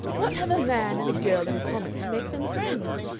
what have a man and a girl in common to make them friends?